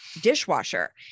dishwasher